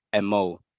mo